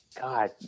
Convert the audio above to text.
God